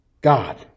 God